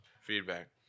feedback